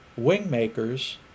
Wingmakers